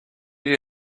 you